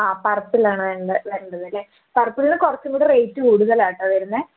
ആ പർപ്പിളാണ് വേണ്ട വേണ്ടത് ലേ പർപ്പിളിന് കുറച്ചു കൂടെ റേറ്റ് കൂടുതലാട്ടോ വരുന്നത്